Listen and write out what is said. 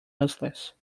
useless